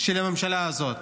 של הממשלה הזאת,